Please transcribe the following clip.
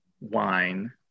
wine